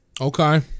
Okay